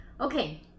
okay